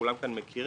כולם כאן מכירים